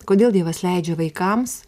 kodėl dievas leidžia vaikams